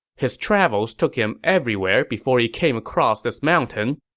his travels took him everywhere before he came across this mountain.